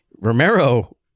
romero